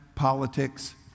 politics